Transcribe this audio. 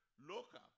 local